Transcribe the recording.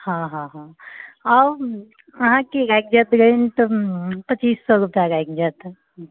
हँ हँ हँ आउ अहाँकेँ लागि जायत रेन्ट पचीस सए रुपआ लागि जायत